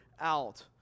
out